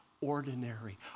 ordinary